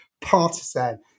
partisan